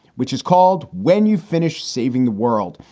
which is called when you finish saving the world.